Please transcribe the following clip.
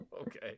Okay